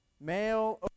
male